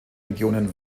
regionen